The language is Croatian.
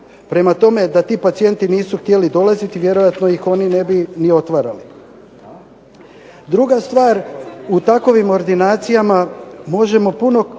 Prema tome, da ti pacijenti nisu htjeli dolaziti vjerojatno ih oni ne bi ni otvarali. Druga stvar u takovim ordinacijama možemo se